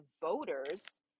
voters